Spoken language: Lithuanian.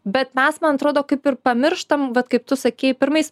bet mes man atrodo kaip ir pamirštam vat kaip tu sakei pirmais